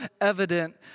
evident